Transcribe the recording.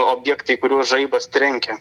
objektai kuriuos žaibas trenkia